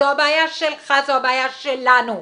זו בעיה שלך, זו הבעיה שלנו.